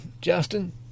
Justin